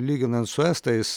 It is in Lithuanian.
lyginant su estais